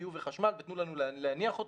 ביוב וחשמל ותנו לנו להניח אותו.